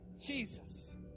Jesus